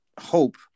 hope